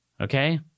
Okay